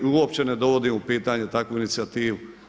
Uopće ne dovodim u pitanje takvu inicijativu.